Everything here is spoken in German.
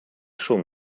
schon